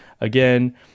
again